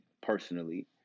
personally